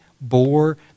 bore